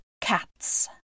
cats